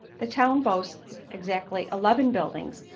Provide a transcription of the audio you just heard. the town boasts exactly eleven buildings,